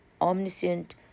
omniscient